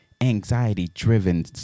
anxiety-driven